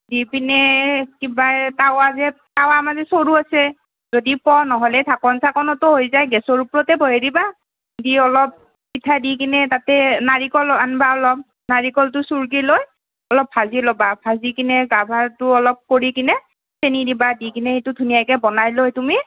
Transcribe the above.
দি পিনে কিবা তাৱা যে তাৱা মানে চৰু আছে যদি প নহ'লে ঢাকন চাকনতো হৈ যায় গেছৰ ওপৰতে বঢ়াই দিবা দি অলপ পিঠা দি কিনে তাতে নাৰিকলো আনবা অলপ নাৰিকলটো চুৰকি লৈ অলপ ভাজি ল'বা ভাজি কিনে কাভাৰটো অলপ কৰি কিনে চেনি দিবা দি কিনে সেইটো ধুনীয়াকৈ বনাই লৈ তুমি